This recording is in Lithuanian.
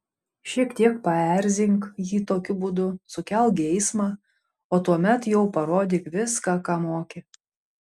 šiek tiek paerzink jį tokiu būdu sukelk geismą o tuomet jau parodyk viską ką moki